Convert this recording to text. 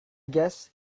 guess